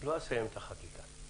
לא אסיים את החקיקה.